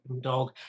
dog